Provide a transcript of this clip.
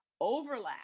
overlap